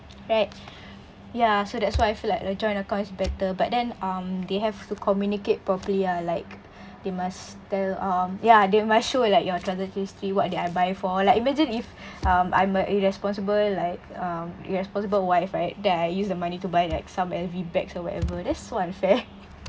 right ya so that's why I feel like a joint account is better but then um they have to communicate properly ah like they must tell um ya they must show like your transaction history what did I buy for like imagine if um I'm a irresponsible like um irresponsible wife right then I use the money to buy like some L_V bags or whatever that's so unfair